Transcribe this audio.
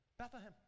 Bethlehem